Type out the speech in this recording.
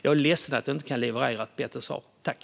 Jag är ledsen att jag inte kan leverera ett bättre svar.